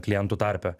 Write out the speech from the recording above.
klientų tarpe